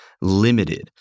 limited